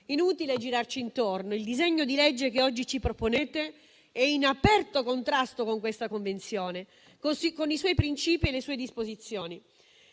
Inutile girarci intorno: il disegno di legge che oggi ci proponete è in aperto contrasto con questa Convenzione, così come con i suoi principi e le sue disposizioni.